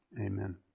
Amen